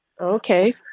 Okay